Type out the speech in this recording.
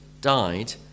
died